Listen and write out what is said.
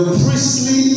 priestly